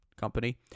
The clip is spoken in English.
Company